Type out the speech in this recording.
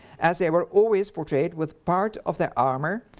as they were always portrayed with part of their armour,